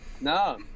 no